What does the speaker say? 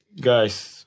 Guys